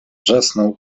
wrzasnął